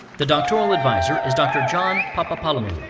the doctoral advisor is dr. john papapolymerou.